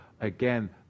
again